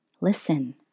Listen